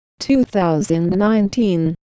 2019